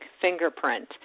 fingerprint